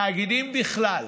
תאגידים בכלל,